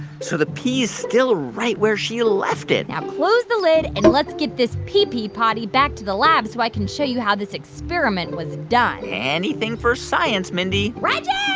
so the pee's still right where she left it now close the lid, and let's get this pee-pee potty back to the lab, so i can show you how this experiment was done anything for science, mindy reggie wow.